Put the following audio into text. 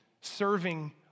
serving